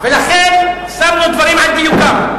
ולכן, העמדנו דברים על דיוקם.